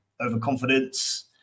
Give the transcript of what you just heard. overconfidence